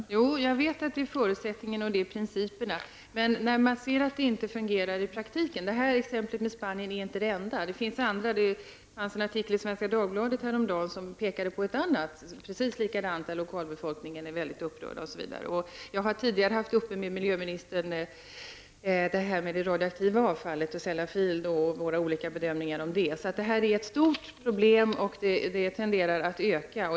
Fru talman! Jo, jag vet att detta är förutsättningen och den princip som tillämpas, men man kan se att det inte fungerar i praktiken. Exemplet Spanien är inte det enda. Det finns andra. I Svenska Dagbladet pekades häromdagen på ett likadant fall, där lokalbefolkningen är upprörd osv. Jag har tidigare med miljöministern haft uppe frågan om det radioaktiva avfallet, Sellafield och våra olika bedömningar av detta. Det är ett stort problem, som tenderar att öka.